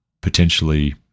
potentially